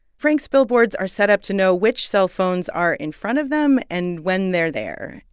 frank's billboards are set up to know which cell phones are in front of them and when they're there,